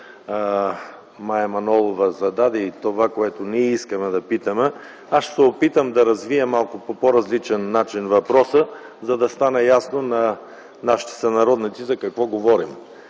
Мая Манолова зададе, и това, което ние искаме да питаме, ще се опитам да развия по малко по-различен начин въпроса, за да стане ясно на нашите сънародници за какво говорим.